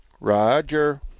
Roger